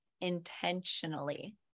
intentionally